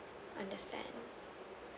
understand